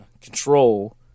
control